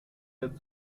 der